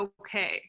okay